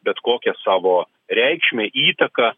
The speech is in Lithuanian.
bet kokią savo reikšmę įtaką